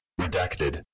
redacted